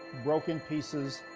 broke in pieces,